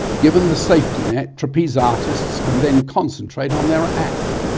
given the safety net trapeze artists can then concentrate on their act.